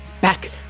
Back